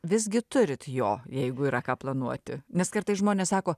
visgi turit jo jeigu yra ką planuoti nes kartais žmonės sako